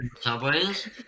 subways